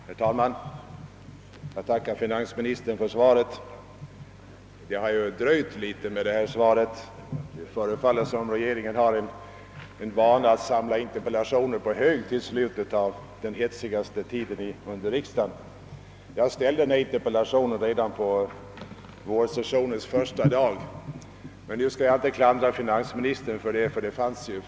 Herr talman! Jag tackar finansministern för svaret. Jag ställde min interpellation redan på vårsessionens första dag. Svaret har således dröjt — det förefaller som om regeringen har för vana att samla interpellationer på hög till den hetsigaste tiden under riksdagen. Jag skall emellertid inte klandra finansministern för dröjsmålet.